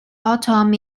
atom